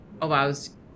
allows